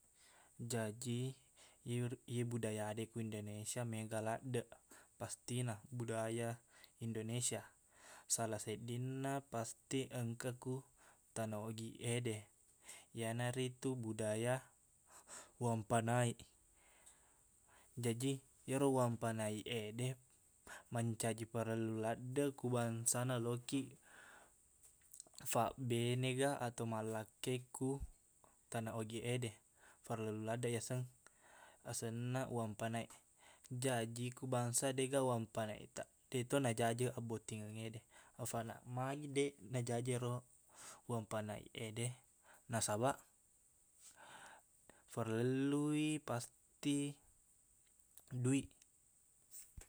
Jaji iyer- iye budaya de ku indonesia mega laddeq pastina budaya indonesia sala seddinna pasti engka ku tana ogiq ede iyanaritu budaya uang panaik jaji ero uang panaik ede mancaji parellu laddeq ku bangsana lokiq fabbenega atau mallakkei ku tana ogiq ede farellu laddeq iyaseng asenna uang panaik jaji ku bangsa deqga uang panaiktaq deqto najaji abbottingengngede afaqna magi deq najaji ero uang panaik ede nasabaq parellui pasti duiq